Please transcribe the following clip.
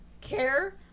care